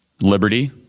liberty